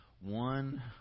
One